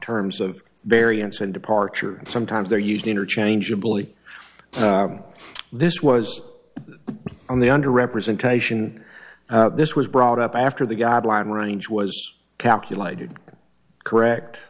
terms of variance and departure sometimes they're used interchangeably this was on the under representation this was brought up after the guideline range was calculated correct